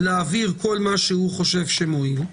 להעביר כל מה שהוא חושב שמועיל,